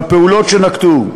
בפעולות שנקטו.